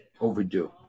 overdue